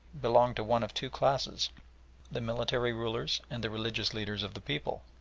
belonged to one of two classes the military rulers and the religious leaders of the people.